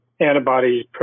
antibodies